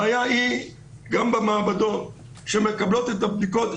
במאות מתחמים